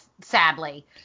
sadly